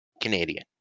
Canadian